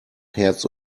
herz